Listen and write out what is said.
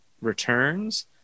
Returns